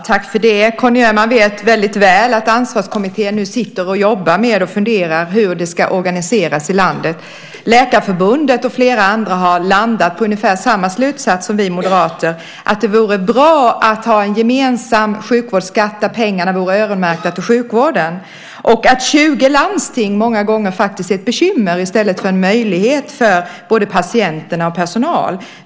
Herr talman! Conny Öhman vet väldigt väl att Ansvarskommittén nu funderar över hur det ska organiseras i landet. Läkarförbundet och flera andra har landat på ungefär samma slutsats som vi moderater, nämligen att det vore bra att ha en gemensam sjukvårdsskatt där pengarna vore öronmärkta till sjukvården. 20 landsting är faktiskt många gånger ett bekymmer i stället för en möjlighet för både patienter och personal.